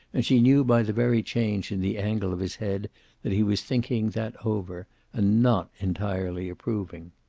and she knew by the very change in the angle of his head that he was thinking that over and not entirely approving.